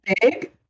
big